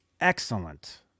excellent